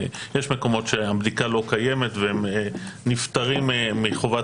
יש מקומות שהבדיקה לא קיימת והם נפטרים מחובת